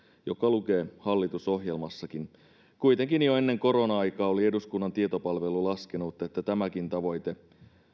joka lukee hallitusohjelmassakin kuitenkin jo ennen korona aikaa oli eduskunnan tietopalvelu laskenut että tämäkin tavoite